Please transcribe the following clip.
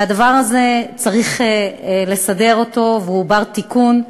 והדבר הזה, צריך לסדר אותו, והוא בר-תיקון,